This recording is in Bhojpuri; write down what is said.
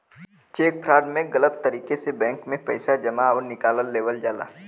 चेक फ्रॉड में गलत तरीके से बैंक में पैसा जमा आउर निकाल लेवल जाला